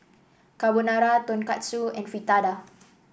Carbonara Tonkatsu and Fritada